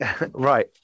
right